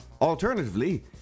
Alternatively